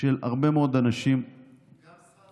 של הרבה מאוד אנשים, גם שכר טרחת עורכי הדין.